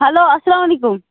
hello اسلام علیکُم